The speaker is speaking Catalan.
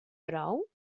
prou